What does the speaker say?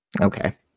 Okay